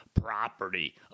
property